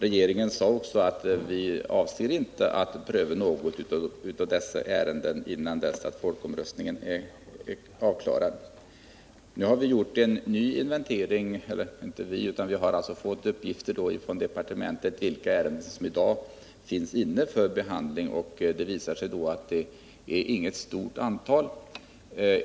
Regeringen uttalade också att den inte avsåg att pröva något av dessa ärenden innan folkomröstningen klarats av. Nu har vi från departementet fått uppgift om vilka ärenden som behandlas i dag. Det visar sig att det inte rör sig om något större antal.